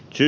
syy